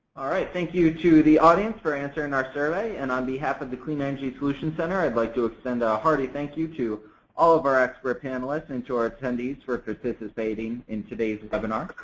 thank you to the audience for answering our survey and on behalf of the clean energy solutions center i's and like to send ah a hearty thank you to all of our expert panelists and to our attendees for participating in today's and webinar.